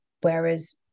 whereas